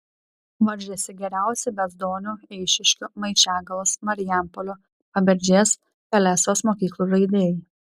varžėsi geriausi bezdonių eišiškių maišiagalos marijampolio paberžės pelesos mokyklų žaidėjai